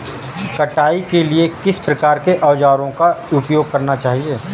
कटाई के लिए किस प्रकार के औज़ारों का उपयोग करना चाहिए?